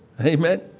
Amen